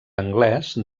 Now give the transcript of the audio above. anglès